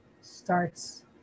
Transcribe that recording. starts